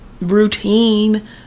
routine